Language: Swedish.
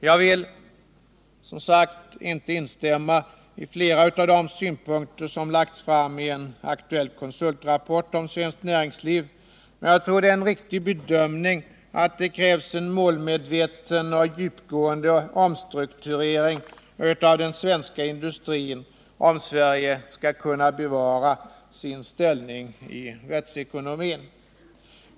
Jag vill, som sagt, inte instämma i flera av de synpunkter som lagts fram i en aktuell konsultrapport om svenskt näringsliv, men jag tror att det är en riktig bedömning att det krävs en målmedveten och djupgående omstrukturering av den svenska industrin, om Sverige skall kunna bevara sin ställning i världsekonomin.